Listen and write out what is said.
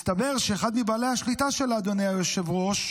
מסתבר שאחד מבעלי השליטה שלה, אדוני היושב-ראש,